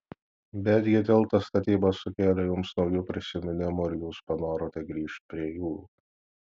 betgi tilto statyba sukėlė jums naujų prisiminimų ir jūs panorote grįžt prie jų